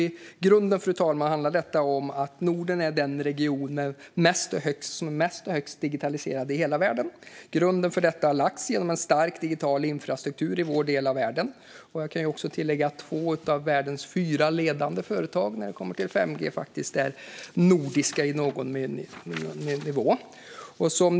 I grunden handlar detta om att Norden är den region som är mest digitaliserad i hela världen. Grunden för detta har lagts genom en stark digital infrastruktur i vår del av världen. Jag kan också tillägga att två av världens fyra ledande företag i fråga om 5G faktiskt är nordiska på någon nivå.